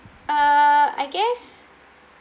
uh I guess